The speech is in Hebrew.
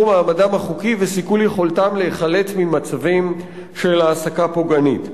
מעמדם החוקי וסיכול יכולתם להיחלץ ממצבים של העסקה פוגענית.